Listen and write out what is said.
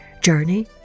Journey